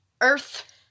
Earth